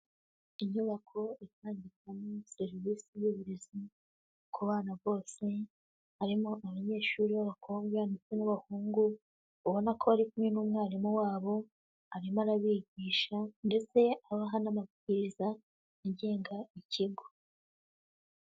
Inyubako itangirwamo serivisi y'uburezi ku bana bose, harimo abanyeshuri b'abakobwa ndetse n'abahungu, ubona ko bari kumwe n'umwarimu wabo, arimo arabigisha ndetse abaha n'amabwiriza agenga ikigo.